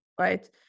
right